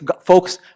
folks